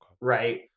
Right